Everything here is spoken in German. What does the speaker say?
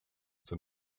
zum